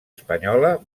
espanyola